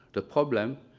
the problem,